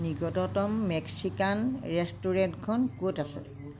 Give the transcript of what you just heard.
নিকটতম মেক্সিকান ৰেষ্টুৰেণ্টখন ক'ত আছে